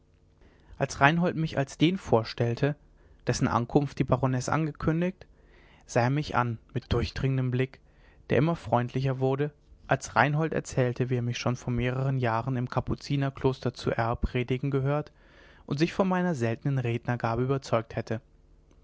als reinhold mich als den vorstellte dessen ankunft die baronesse angekündigt sah er mich an mit durchdringendem blick der immer freundlicher wurde als reinhold erzählte wie er mich schon vor mehreren jahren im kapuzinerkloster zu r predigen gehört und sich von meiner seltnen rednergabe überzeugt hätte